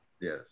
Yes